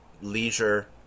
leisure